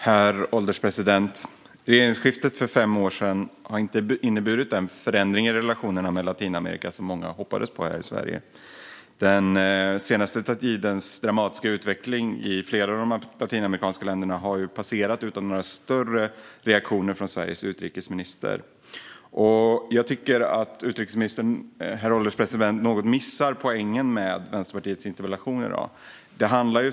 Herr ålderspresident! Regeringsskiftet för fem år sedan har inte inneburit den förändring i relationerna med Latinamerika som många här i Sverige hoppades på. Den senaste tidens dramatiska utveckling i flera av de latinamerikanska länderna har ju passerat utan några större reaktioner från Sveriges utrikesminister. Herr ålderspresident! Jag tycker att utrikesministern något missar poängen med Vänsterpartiets interpellation i dag.